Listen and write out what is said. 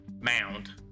mound